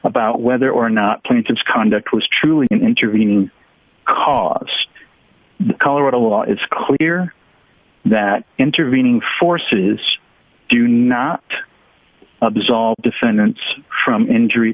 about whether or not clinton's conduct was truly an intervening cause colorado law it's clear that intervening forces do not absolve defendants from injury